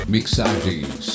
Mixagens